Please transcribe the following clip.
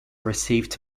received